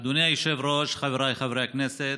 אדוני היושב-ראש, חבריי חברי הכנסת,